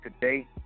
today